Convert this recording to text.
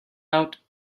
out